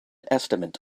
estimate